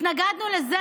התנגדנו לזה.